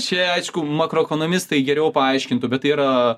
čia aišku makroekonominis geriau paaiškintų bet tai yra